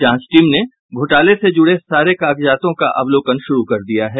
जांच टीम ने घोटाले से जुड़े सारे कागजातों का अवलोकन शुरू कर दिया है